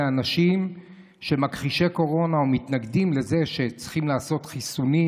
אנשים שהם מכחישי קורונה או מתנגדים לזה שצריכים לעשות חיסונים